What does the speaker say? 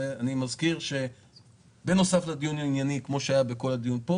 אני מבקש התייחסות, וכמובן לעמוד בסיכום.